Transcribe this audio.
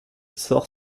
sort